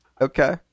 okay